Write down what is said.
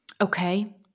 Okay